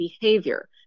behavior